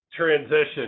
transition